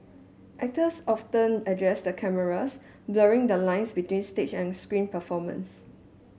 actors often addressed the cameras blurring the lines between stage and screen performances